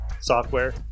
software